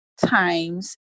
times